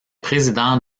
président